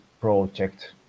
project